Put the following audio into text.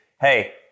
hey